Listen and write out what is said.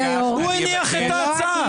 הוא הניח את ההצעה.